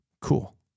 cool